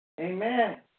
Amen